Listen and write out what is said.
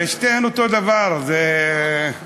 שתיהן אותו דבר, אז זה אותו דבר.